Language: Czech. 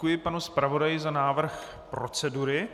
Děkuji panu zpravodaji za návrh procedury.